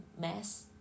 mess